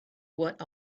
what